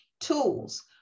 tools